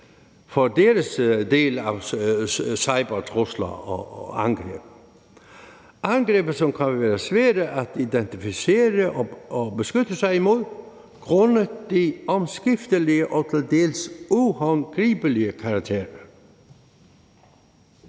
for deres del af cybertrusler og -angreb – angreb, som det kan være svært at identificere og beskytte sig imod grundet den omskiftelige og til dels uhåndgribelige karakter,